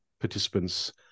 participants